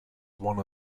one